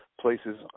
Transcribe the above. places